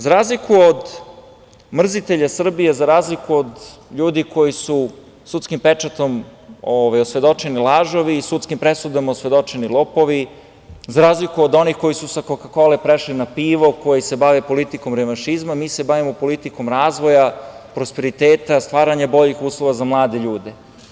Za razliku od mrzitelja Srbije, za razliku od ljudi koji su sudskim pečatom osvedočeni lažovi, sudskim presudama osvedočeni lopovi, za razliku od onih koji su sa Koka-kole prešli na pivo, koji se bave politikom revanšizma, mi se bavimo politikom razvoja prosperiteta, stvaranja boljih uslova za mlade ljude.